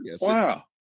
Wow